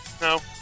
No